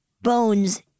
Bones